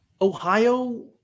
Ohio